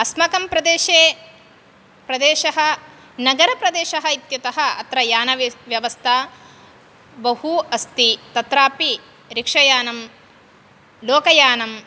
अस्माकं प्रदेशे प्रदेशः नगरप्रदेशः इत्यतः अत्र यानव्यवस्था बहु अस्ति तत्रापि रिक्षायानं लोकयानं